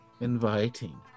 inviting